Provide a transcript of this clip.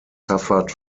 suffered